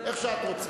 איך שאת רוצה.